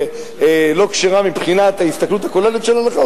כשרה מבחינת ההסתכלות הכוללת של ההלכה,